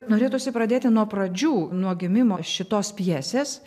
norėtųsi pradėti nuo pradžių nuo gimimo šitos pjesės